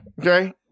Okay